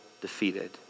defeated